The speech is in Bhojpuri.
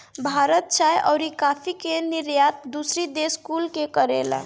भारत चाय अउरी काफी के निर्यात दूसरी देश कुल के करेला